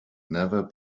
never